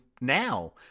now